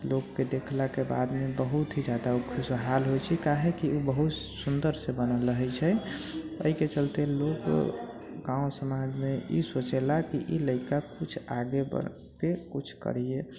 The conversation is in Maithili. लोगके देखलाके बादमे बहुत ही जादा खुशहाल होइ छै काहेकि बहुत सुन्दरसँ बनल रहै छै अइके चलते लोग गाँव समाजमे ई सोचलक कि ई लड़िका कुछ आगे बढ़िके कुछ करियै